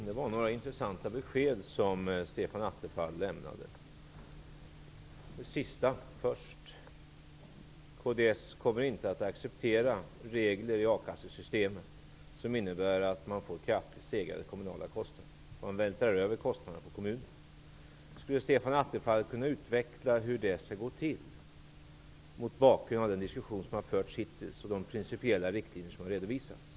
Herr talman! Stefan Attefall lämnade här några intressanta besked. Det sista tar jag först: Kds kommer inte att acceptera regler i a-kassesystemet som innebär kraftigt stegrade kommunala kostnader, dvs. att man vältrar över kostnaderna på kommunerna. Kan Stefan Attefall utveckla hur detta skall gå till, mot bakgrund av den diskussion som hittills har förts och de principiella riktlinjer som har redovisats?